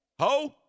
Ho